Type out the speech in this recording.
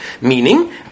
Meaning